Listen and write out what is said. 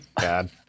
god